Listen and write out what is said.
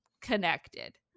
connected